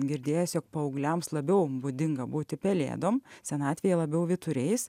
girdėjęs jog paaugliams labiau būdinga būti pelėdom senatvėje labiau vyturiais